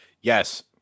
Yes